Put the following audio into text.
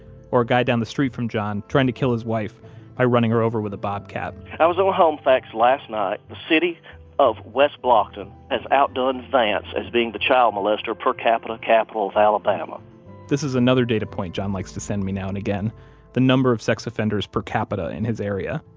or a guy down the street from john trying to kill his wife by running her over with a bobcat i was on um homefacts last night. the city of west blocton has outdone vance as being the child molester per capita capital of alabama this is another data point john likes to send me now and again the number of sex offenders per capita in his area.